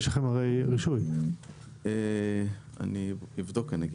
אני אבדוק.